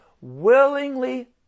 willingly